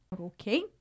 Okay